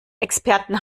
experten